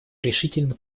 решительно